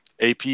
AP